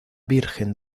virgen